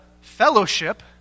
Fellowship